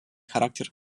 характер